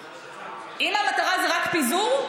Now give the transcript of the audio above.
אם המטרה זה רק פיזור,